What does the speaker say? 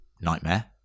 nightmare